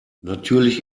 natürlich